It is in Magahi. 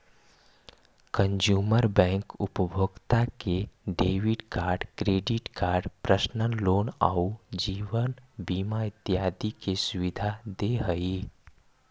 कंजूमर बैंक उपभोक्ता के debit card, credit card, personal loan आउ जीवन बीमा इत्यादि के सुविधा दे हइ